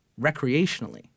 recreationally